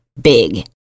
big